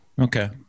Okay